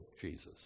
Jesus